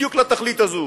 בדיוק לתכלית הזו.